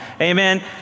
Amen